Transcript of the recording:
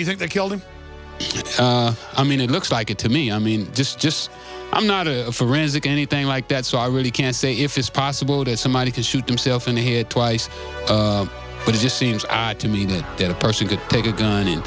you think they killed him i mean it looks like it to me i mean just just i'm not a forensic anything like that so i really can't say if it's possible that somebody could shoot himself in the head twice but it just seems to me that that a person could take a gun